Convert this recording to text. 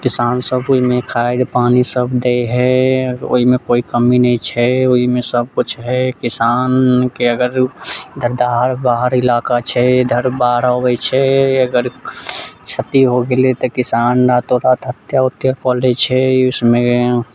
किसान सभ ओहिमे खाद पानि सभ दे है ओहिमे कोइ कमी नहि छै ओहिमे सभ किछु है किसानके अगर दाहड़ बाढ़ि इलाका छै इधर बाढ़ि अबैत छै अगर क्षति हो गेलै तऽ किसान रातो राती हत्या उत्या कऽ लैत छै उसमे